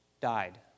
died